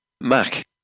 Mac